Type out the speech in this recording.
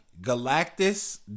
Galactus